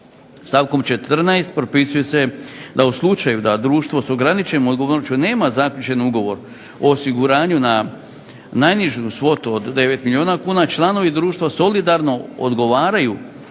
Stavkom 14. propisuje se da u slučaju da društvo s ograničenom odgovornošću nema zaključen ugovor o osiguranju na najnižu svotu od 9 milijuna kuna članovi društva solidarno odgovaraju